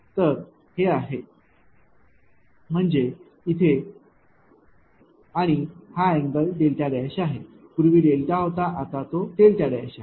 तर हे आहे म्हणजे येथे आणि हा अँगल δ आहे पूर्वी डेल्टा होता आता तो δ आहे